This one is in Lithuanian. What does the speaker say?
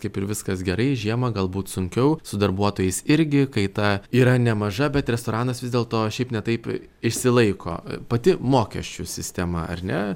kaip ir viskas gerai žiemą galbūt sunkiau su darbuotojais irgi kaita yra nemaža bet restoranas vis dėlto šiaip ne taip išsilaiko pati mokesčių sistema ar ne